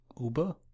Uber